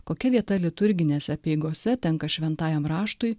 kokia vieta liturginėse apeigose tenka šventajam raštui